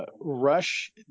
Rush